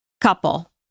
couple